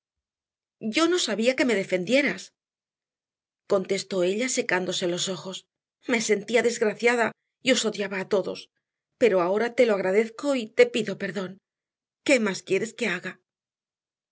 yo no sabía que me defendieras contestó ella secándose los ojos me sentía desgraciada y os odiaba a todos pero ahora te lo agradezco y te pido perdón qué más quieres que haga